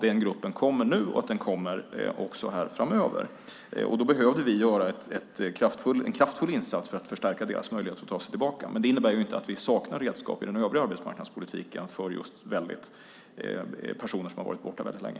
Den gruppen kommer nu och även framöver. Vi behövde göra en kraftfull insats för att förstärka deras möjligheter att ta sig tillbaka, men det innebär inte att vi saknar redskap i den övriga arbetsmarknadspolitiken för just personer som har varit borta väldigt länge.